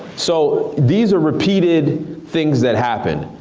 so these are repeated things that happen.